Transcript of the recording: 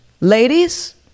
Ladies